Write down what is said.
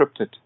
encrypted